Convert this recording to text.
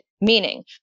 meaning